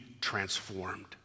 transformed